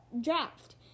draft